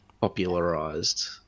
popularized